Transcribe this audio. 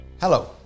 Hello